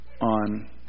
on